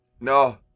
No